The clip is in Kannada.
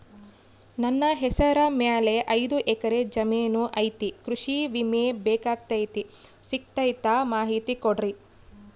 ನನ್ನ ಹೆಸರ ಮ್ಯಾಲೆ ಐದು ಎಕರೆ ಜಮೇನು ಐತಿ ಕೃಷಿ ವಿಮೆ ಬೇಕಾಗೈತಿ ಸಿಗ್ತೈತಾ ಮಾಹಿತಿ ಕೊಡ್ರಿ?